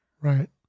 Right